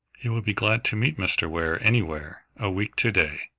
he will be glad to meet mr. ware anywhere, a week to-day,